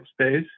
space